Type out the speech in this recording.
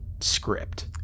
script